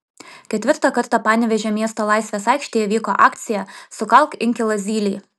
ketvirtą kartą panevėžio miesto laisvės aikštėje vyko akcija sukalk inkilą zylei